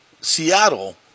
Seattle